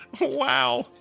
Wow